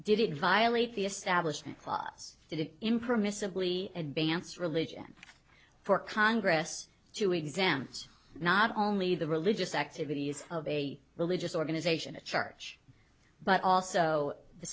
it violate the establishment clause impermissibly advance religion for congress to exempt not only the religious activities of a religious organization a church but also the